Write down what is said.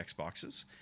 Xboxes